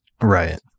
Right